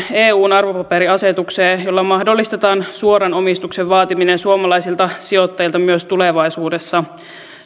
eun arvopaperiasetukseen poikkeussäännön jolla mahdollistetaan suoran omistuksen vaatiminen suomalaisilta sijoittajilta myös tulevaisuudessa